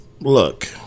Look